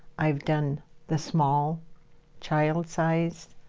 i've done the small child sized,